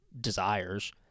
desires